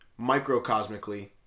microcosmically